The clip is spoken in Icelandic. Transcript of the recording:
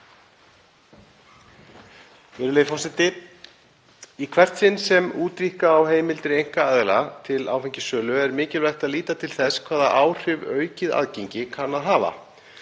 Í hvert sinn sem útvíkka á heimildir einkaaðila til áfengissölu er mikilvægt að líta til þess hvaða áhrif aukið aðgengi kann að hafa.